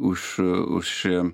už už